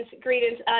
greetings